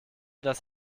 dass